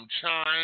chime